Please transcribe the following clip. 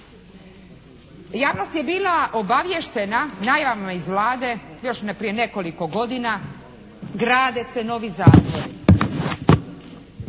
Javnost je bila obavještena najavno iz Vlade još prije nekoliko godina grade se novi zatvori.